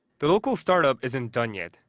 the local startup isn't done yet.